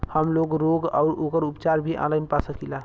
हमलोग रोग अउर ओकर उपचार भी ऑनलाइन पा सकीला?